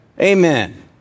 Amen